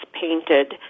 painted